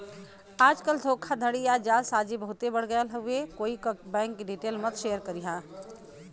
आजकल धोखाधड़ी या जालसाजी बहुते बढ़ गयल हउवे कोई क बैंक डिटेल मत शेयर करिहा